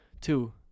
Two